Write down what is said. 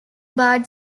bard